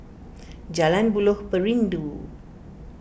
Jalan Buloh Perindu